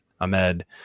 Ahmed